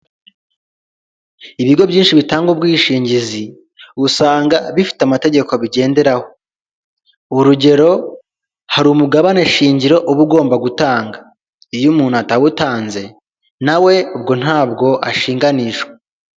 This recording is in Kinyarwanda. Ibigo byinshi bitanga ubwishingizi usanga bifite amategeko abigenderaho, urugero hari umugabane shingiro uba ugomba gutanga, iyo umuntu atawutanze na we ubwo ntabwo ashinganishwa.